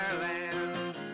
land